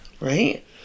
Right